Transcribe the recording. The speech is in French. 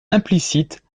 implicite